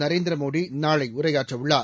நரேந்திர மோடி நாளை உரையாற்றவுள்ளார்